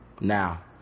Now